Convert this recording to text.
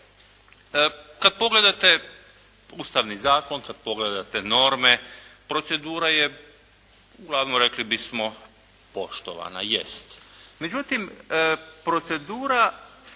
Kada pogledate Ustavni zakon, kada pogledate norme, procedura je uglavnom rekli bismo poštovana. Jest.